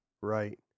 Right